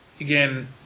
again